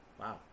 Wow